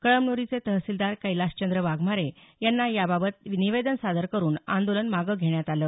कळमन्रीचे तहसीलदार कैलाशचंद्र वाघमारे यांना याबाबत निवेदन सादर करून आंदोलन मागे घेण्यात आलं